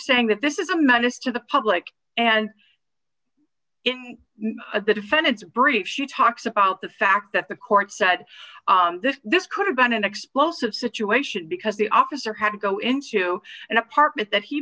saying that this is a menace to the public and in the defendant's brief she talks about the fact that the court said that this could have been an explosive situation because the officer had to go into an apartment that he